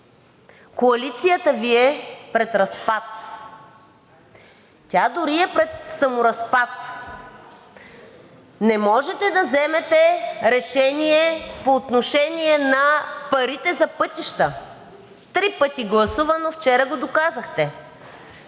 коалицията Ви е пред разпад. Тя дори е пред саморазпад. Не можете да вземете решение по отношение на парите за пътища – три пъти гласувано, вчера го доказахте.